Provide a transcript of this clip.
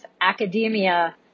academia